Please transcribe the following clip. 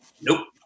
Nope